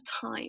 time